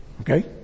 Okay